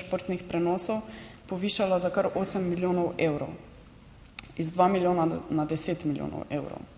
športnih prenosov povišala za kar osem milijonov evrov, iz dva milijona na deset milijonov evrov.